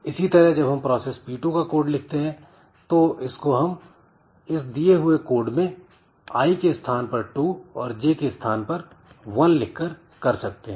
इसी तरह जब हम प्रोसेस P2 का कोड लिखते हैं तो इसको हम इस दिए हुए कोड में i के स्थान पर 2 और j के स्थान पर 1 लिखकर कर सकते हैं